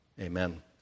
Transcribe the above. Amen